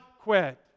quit